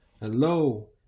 Hello